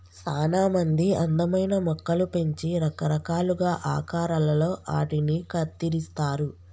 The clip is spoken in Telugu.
సానా మంది అందమైన మొక్కలు పెంచి రకరకాలుగా ఆకారాలలో ఆటిని కత్తిరిస్తారు